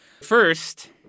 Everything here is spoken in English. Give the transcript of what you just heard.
First